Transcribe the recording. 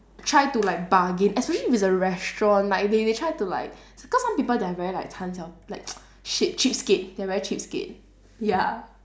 try to like bargain especially if it's a restaurant like if they they try to like cause some people they are very like 钱少 like shit cheapskate they are very cheapskate ya